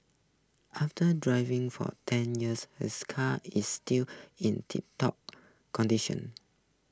after driving for ten years her car is still in tip top condition